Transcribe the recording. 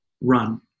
run